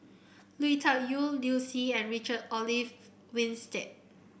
Lui Tuck Yew Liu Si and Richard Olaf Winstedt